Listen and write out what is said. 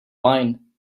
wine